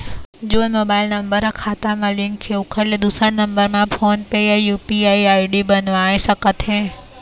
जोन mobile number हा खाता मा लिन्क हे ओकर ले दुसर नंबर मा फोन पे या यू.पी.आई आई.डी बनवाए सका थे?